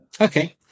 Okay